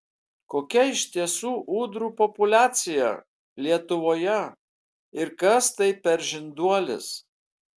kokia iš tiesų ūdrų populiacija lietuvoje ir kas tai per žinduolis